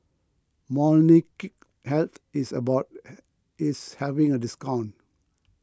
Molnylcke health is about is having a discount